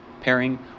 pairing